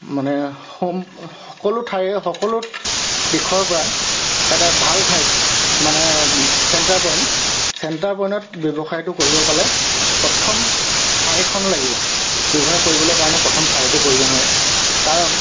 মানে সম সকলো ঠাইয়ে সকলো দিশৰ পৰা এটা ভাল ঠাইত মানে চেণ্টাৰ পইণ্ট চেণ্টাৰ পইণ্টত ব্যৱসায়টো কৰিব পালে প্ৰথম ঠাইখন লাগিব ব্যৱসায় কৰিবলৈ কাৰণে প্ৰথম ঠাইটো প্ৰয়োজন হয় কাৰণ